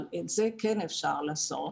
אבל את זה כן אפשר לעשות.